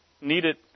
needed